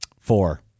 four